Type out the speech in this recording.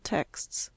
Texts